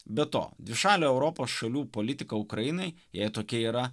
be to dvišalę europos šalių politiką ukrainai jei tokia yra